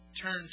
Turn